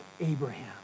Abraham